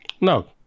No